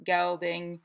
Gelding